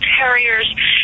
Terriers